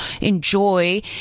enjoy